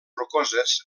rocoses